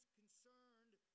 concerned